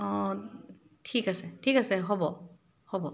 অ' ঠিক আছে ঠিক আছে হ'ব হ'ব